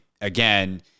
again